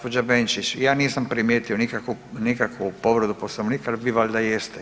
Gospođa Benčić ja nisam primijetio nikakvu povredu poslovnika, ali vi valjda jeste.